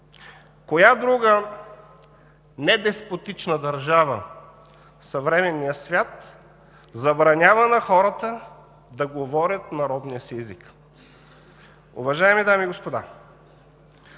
Коя друга недеспотична държава в съвременния свят забранява на хората да говорят на родния си език? Уважаеми дами и господа,